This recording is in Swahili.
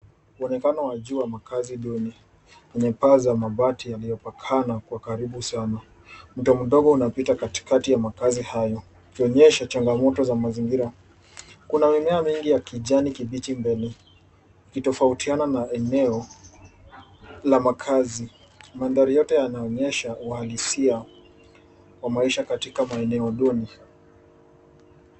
Muonekano wa juu wa makazi duni yenye paa mabati yaliyopakana kuwa karibu sana ,mto mdogo unapita katikati ya makazi hayo kionyesho changamoto za mazingira ,kuna mimea mingi kijani kibichi mbele kikitofautiana na eneo la makazi ,mandhari yote yanaonyesha uhalisia wa maisha katika maeneo duni.